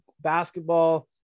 basketball